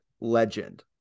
legend